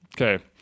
okay